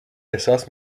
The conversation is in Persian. احساس